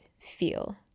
feel